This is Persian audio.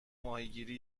ماهیگیری